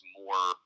more